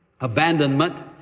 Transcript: abandonment